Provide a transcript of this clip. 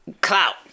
clout